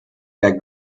that